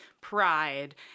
pride